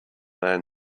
man